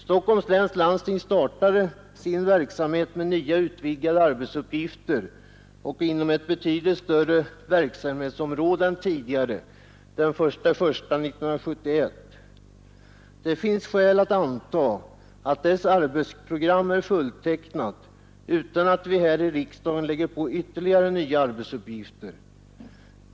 Stockholms läns landsting startade sin verksamhet med nya utvidgade arbetsuppgifter och inom ett betydligt större verksamhetsområde än tidigare den 1 januari 1971. Det finns skäl att anta att dess arbetsprogram är fulltecknat utan att vi här i riksdagen behöver lägga på landstinget ytterligare arbetsuppgifter.